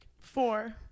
Four